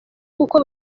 kuko